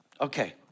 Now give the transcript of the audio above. okay